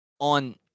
on